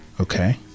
Okay